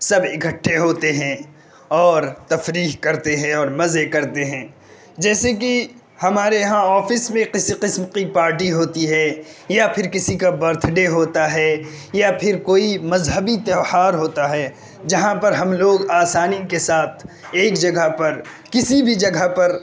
سب اکٹھے ہوتے ہیں اور تفریح کرتے ہیں اور مزے کرتے ہیں جیسے کہ ہمارے یہاں آفس میں قسم قسم کی پارٹی ہوتی ہے یا پھر کسی کا برتھ ڈے ہوتا ہے یا پھر کوئی مذہبی تیوہار ہوتا ہے جہاں پر ہم لوگ آسانی کے ساتھ ایک جگہ پر کسی بھی جگہ پر